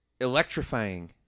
electrifying